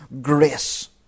grace